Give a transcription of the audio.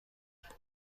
انقدر